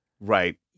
right